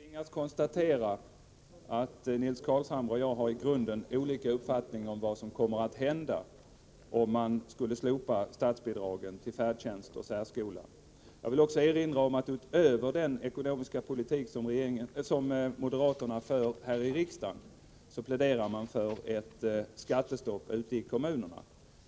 Herr talman! Jag tvingas konstatera att Nils Carlshamre och jag i grunden har olika uppfattning om vad som kommer att hända om statsbidragen till färdtjänsten och särskolan slopas. Jag vill också erinra om att utöver den ekonomiska politik som moderaterna för här i riksdagen pläderar man för ett skattestopp ute i kommunerna.